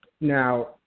Now